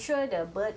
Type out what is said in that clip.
okay